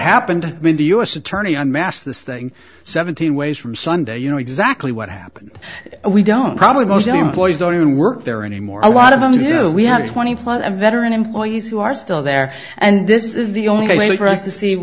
happened when the u s attorney on mass this thing seventeen ways from sunday you know exactly what happened we don't probably most employees don't even work there anymore a lot of them do we have twenty plus veteran employees who are still there and this is the only way for us to see